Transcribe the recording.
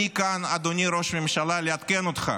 אני כאן, אדוני ראש הממשלה, לעדכן אותך